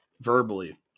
verbally